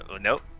Nope